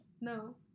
No